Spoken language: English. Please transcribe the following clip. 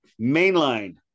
Mainline